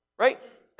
Right